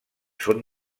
son